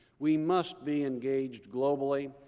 we must be engaged globally.